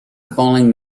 fallen